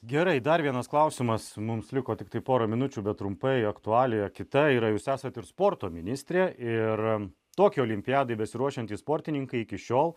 gerai dar vienas klausimas mums liko tiktai porą minučių bet trumpai aktualija kita yra jūs esat ir sporto ministrė ir tokiai olimpiadai besiruošiantys sportininkai iki šiol